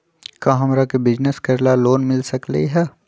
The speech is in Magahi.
का हमरा के बिजनेस करेला लोन मिल सकलई ह?